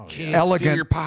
elegant